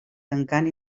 tancant